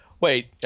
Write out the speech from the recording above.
Wait